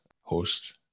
host